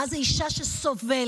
מה זה אישה שסובלת.